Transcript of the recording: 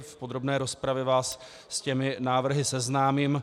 V podrobné rozpravě vás s těmi návrhy seznámím.